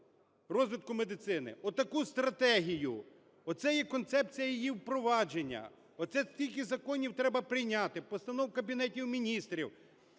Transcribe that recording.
розвитку медицини, отаку стратегію. Оце є концепція її впровадження, оце стільки законів треба прийняти, постанов Кабінету Міністрів,